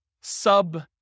sub